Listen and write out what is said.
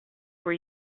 were